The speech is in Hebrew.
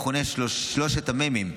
המכונים שלושת המ"מים,